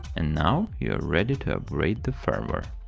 and now you're ready to upgrade the firmware.